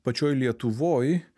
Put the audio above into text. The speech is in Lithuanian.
pačioj lietuvoj